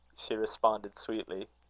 she responded, sweetly.